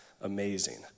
amazing